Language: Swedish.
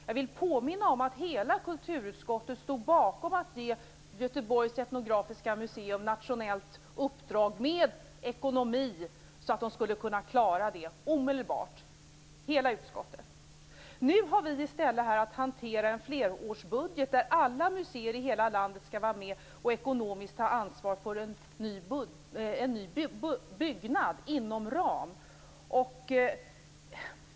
Jag vill påminna om att hela kulturutskottet stod bakom att Göteborgs etnografiska museum skulle ges ett nationellt uppdrag med en ekonomi som gjorde att man skulle kunna klara av det omedelbart. Det var alltså hela utskottets uppfattning. Nu har vi i stället att hantera en flerårsbudget där alla museer i hela landet skall vara med och ekonomiskt ta ansvar för en ny byggnad inom en ram.